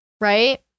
Right